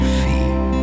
feet